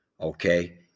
Okay